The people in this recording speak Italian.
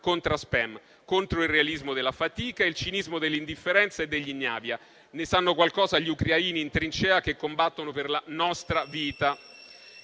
*contra spem*, contro il realismo della fatica e il cinismo dell'indifferenza e dell'ignavia. Ne sanno qualcosa gli ucraini in trincea che combattono per la nostra vita.